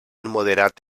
moderat